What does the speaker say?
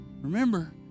remember